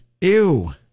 Ew